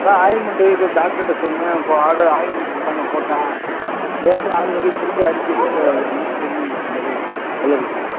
அதான் ஆயில்மெண்டு இப்போது டாக்டர்கிட்ட சொன்னேன் இப்போது ஆற ஆயில்மெண்டு கொடுத்தாங்க போட்டேன் லேசாக ஆறி வருது திரும்பி அரிக்குது அது என்ன பெரிய இது மாதிரி தொல்லை கொடுக்குது